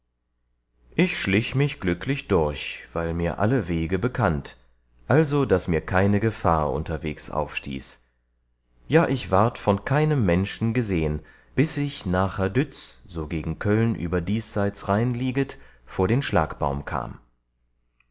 ich schlich mich glücklich durch weil mir alle wege bekannt also daß mir keine gefahr unterwegs aufstieß ja ich ward von keinem menschen gesehen bis ich nacher dütz so gegen köln über diesseits rhein lieget vor den schlagbaum kam